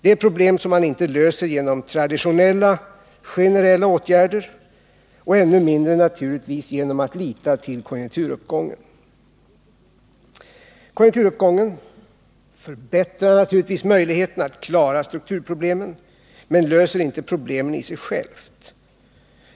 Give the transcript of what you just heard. Det är problem som man inte löser genom traditionella, generella åtgärder och naturligtvis ännu mindre genom att lita till konjunkturuppgången. Konjunkturuppgången förbättrar naturligtvis möjligheterna att klara strukturproblemen men löser inte själva problemen.